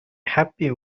happy